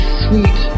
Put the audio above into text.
sweet